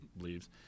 leaves